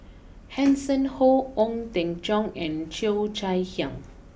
Hanson Ho Ong Teng Cheong and Cheo Chai Hiang